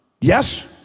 Yes